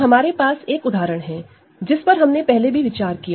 तो हमारे पास एक उदाहरण है जिस पर हमने पहले भी विचार किया है